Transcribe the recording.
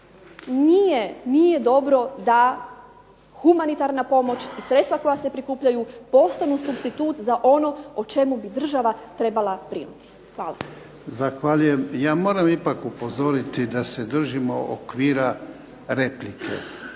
nije dobro da humanitarna pomoć i sredstva koja se prikupljaju postanu supstitut za ono o čemu bi država trebala brinuti. Hvala. **Jarnjak, Ivan (HDZ)** Zahvaljujem. Ja moram ipak upozoriti da se držimo okvira replike,